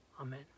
Amen